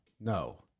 no